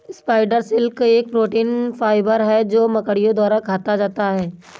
spider silk एक protein fibre है जो मकड़ियों द्वारा काता जाता है